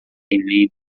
india